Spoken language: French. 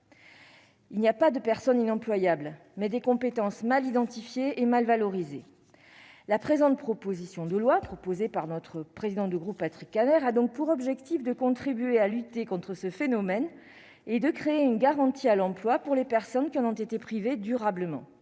il n'y a pas de personnes inemployables, mais des compétences mal identifié et mal valorisé la présente proposition de loi proposée par notre président du groupe, Patrick Kanner a donc pour objectif de contribuer à lutter contre ce phénomène et de créer une garantie à l'emploi pour les personnes qui en ont été privés durablement